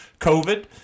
COVID